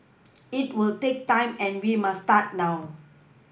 it will take time and we must start now